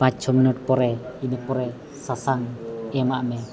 ᱯᱟᱸᱪᱼᱪᱷᱚ ᱯᱚᱨᱮ ᱤᱱᱟᱹ ᱯᱚᱨᱮ ᱥᱟᱥᱟᱝ ᱮᱢᱟᱜ ᱢᱮ